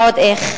ועוד איך.